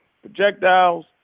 Projectiles